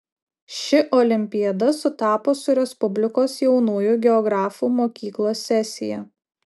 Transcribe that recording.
ši olimpiada sutapo su respublikos jaunųjų geografų mokyklos sesija